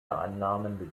annahmen